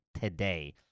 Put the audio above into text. today